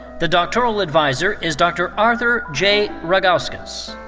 the doctoral adviser is dr. arthur j. ragauskas.